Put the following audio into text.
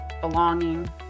belonging